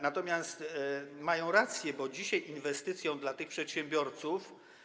Natomiast mają rację, bo dzisiaj inwestycją dla tych przedsiębiorców.